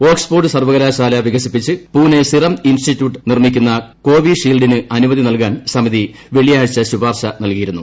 Oxford സർവ്വകലാശാല വികസിപ്പിച്ച് Pune serum institute നിർമ്മിക്കുന്ന കോവിഷീൽഡിന് അനുമതി നല്കാൻ സമിതി വെള്ളിയാഴ്ച ശുപാർശ നല്കിയിരുന്നു